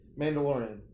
Mandalorian